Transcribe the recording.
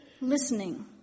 listening